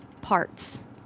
parts